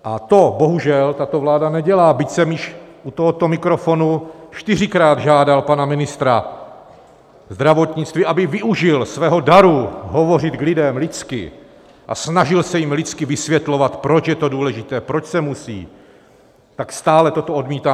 A to bohužel tato vláda nedělá, byť jsem již u tohoto mikrofonu čtyřikrát žádal pana ministra zdravotnictví, aby využil svého daru hovořit k lidem lidsky a snažil se jim lidsky vysvětlovat, proč je to důležité, proč se musí, tak stále toto odmítá.